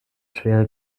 schwere